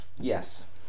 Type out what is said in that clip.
Yes